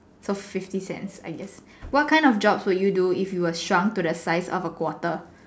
so fifty cents I guess what kind of jobs would you do if you were shrunk to the size of a quarter